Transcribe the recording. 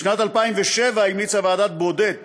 בשנת 2007 המליצה ועדת ברודט